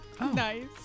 Nice